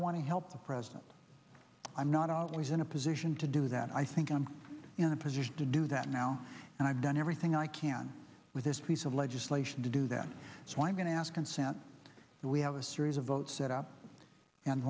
want to help the president i'm not always in a position to do that i think i'm in a position to do that now and i've done everything i can with this piece of legislation to do that so i'm going to ask consent that we have a series of votes set up and